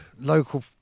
local